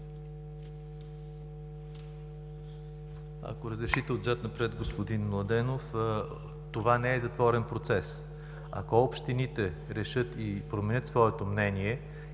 Ако разрешите отзад напред, господин Младенов. Това не е затворен процес. Ако общините решат и променят своето мнение